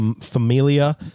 Familia